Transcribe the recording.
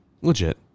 Legit